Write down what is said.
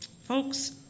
folks